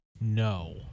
No